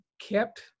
kept